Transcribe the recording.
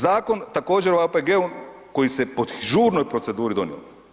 Zakon također o OPG-u koji se po žurnoj proceduri donio.